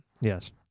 Yes